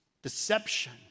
Deception